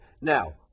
now